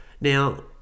Now